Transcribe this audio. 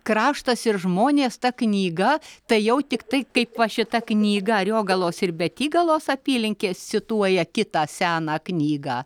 kraštas ir žmonės ta knyga tai jau tiktai kaip va šitą knyga ariogalos ir betygalos apylinkes cituoja kitą seną knygą